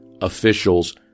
officials